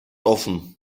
offen